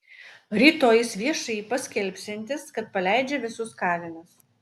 rytoj jis viešai paskelbsiantis kad paleidžia visus kalinius